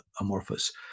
amorphous